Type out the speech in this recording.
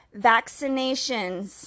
vaccinations